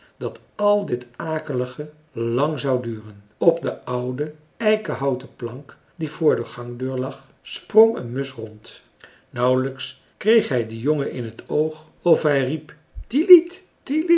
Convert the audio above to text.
dat al dit akelige lang zou duren op de oude eikenhouten plank die voor de gangdeur lag sprong een musch rond nauwelijks kreeg hij den jongen in t oog of hij riep